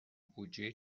بودجهای